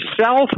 self